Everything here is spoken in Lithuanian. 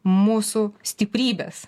mūsų stiprybes